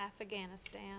Afghanistan